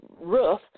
Roof